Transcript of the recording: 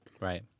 Right